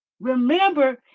remember